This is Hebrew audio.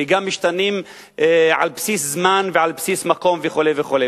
וגם משתנים על בסיס זמן ועל בסיס מקום וכו' וכו'.